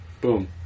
boom